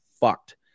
fucked